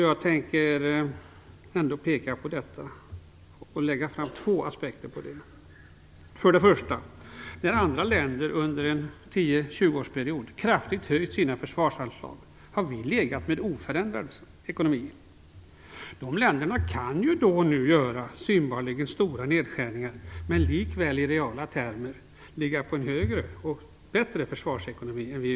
Jag vill föra fram två aspekter på detta. För det första: När andra länder under en 10-20 årsperiod kraftigt har höjt sina försvarsanslag har vi behållit en oförändrad försvarsekonomi. De länderna kan då och då göra synbarligen stora nedskärningar men likväl i reala termer ha en bättre försvarsekonomi än vi.